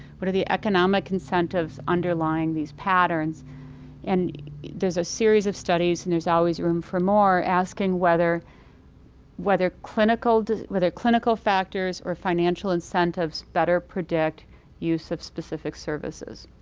what are the economic incentives underlying these patterns and there's a series of studies and there's always room for more asking whether whether clinical whether clinical factors or financial incentives better predict use of specific services.